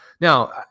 now